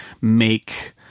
make